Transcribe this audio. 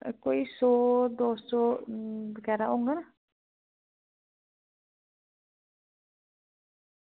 कोई सौ दौ सौ बगैरा होङन